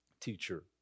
teacher